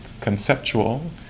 conceptual